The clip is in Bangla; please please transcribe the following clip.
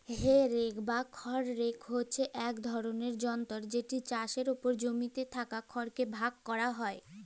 হে রেক বা খড় রেক হছে ইক ধরলের যলতর যেট চাষের পর জমিতে থ্যাকা খড়কে ভাগ ক্যরা হ্যয়